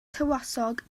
tywysog